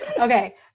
Okay